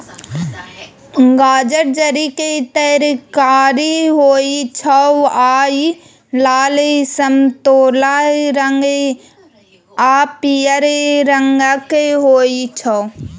गाजर जड़िक तरकारी होइ छै आ इ लाल, समतोला रंग आ पीयर रंगक होइ छै